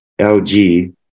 lg